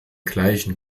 gleichen